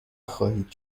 خواهید